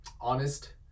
Honest